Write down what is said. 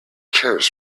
cares